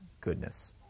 goodness